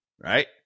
right